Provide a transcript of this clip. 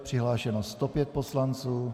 Přihlášeno 105 poslanců.